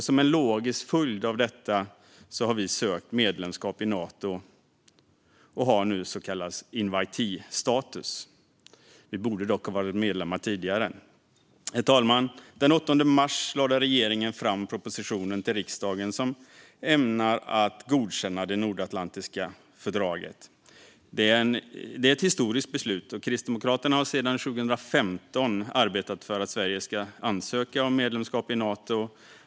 Som en logisk följd av detta har vi sökt medlemskap i Nato och har nu så kallad inviteestatus. Vi borde dock ha varit medlemmar tidigare. Den 8 mars lade regeringen fram den proposition för riksdagen som syftar till att godkänna nordatlantiska fördraget. Det är ett historiskt beslut. Kristdemokraterna har sedan 2015 arbetat för att Sverige ska ansöka om medlemskap i Nato.